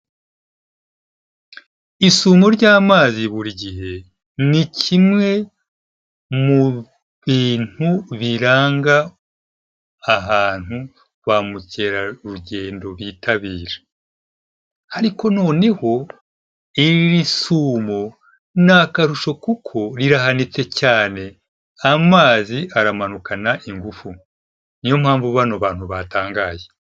Isumo ry'amazi buri gihe, ni kimwe mu bintu biranga hantu ba mukerarugendo bitabira. Ariko noneho ibi bisumo ni akarusho kuko rirahanitse cyane, amazi aramanukana ingufu. Ni yo mpamvu bano bantu batangaye.